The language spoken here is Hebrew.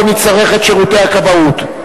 או נצטרך את שירותי הכבאות.